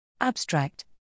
Abstract